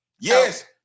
Yes